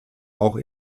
auch